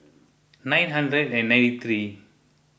nine hundred and ninety three